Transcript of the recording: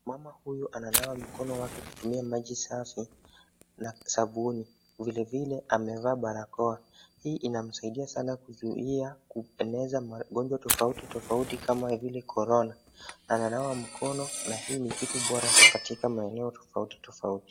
Mama huyu ananawa mkono wake kutumia maji safi na sabuni. Vilevile amevaa barakoa. Hii inamsaidia sana kuzuia kueneza magonjwa tofauti tofauti kama vile korona. Ananawa mkoni, na hii ni kitu bora katika maeneo tofauti tofauti.